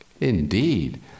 indeed